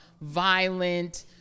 violent